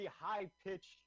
high-pitched